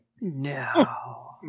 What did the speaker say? No